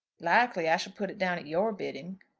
likely i shall put it down at your bidding.